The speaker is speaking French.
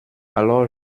alors